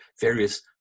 various